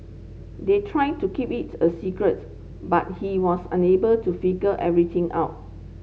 they tried to keep it a secrets but he was unable to figure everything out